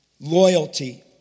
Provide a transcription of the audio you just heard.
loyalty